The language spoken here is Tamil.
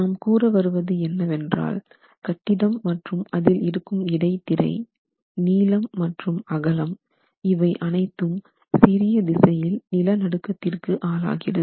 நாம் கூற வருவது என்னவென்றால் கட்டிடம் மற்றும் அதில் இருக்கும் இடைத்திரை நீளம் மற்றும் அகலம் இவை அனைத்தும் சிறிய திசையில் நிலநடுக்கத்திற்கு ஆளாகிறது